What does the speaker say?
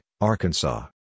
Arkansas